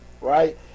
right